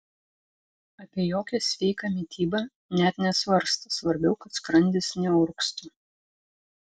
apie jokią sveiką mitybą net nesvarsto svarbiau kad skrandis neurgztų